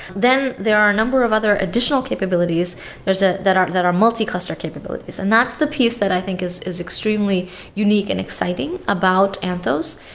then there are a number of other additional capabilities ah that are that are multi-clustered capabilities, and that's the piece that i think is is extremely unique and exciting about anthos,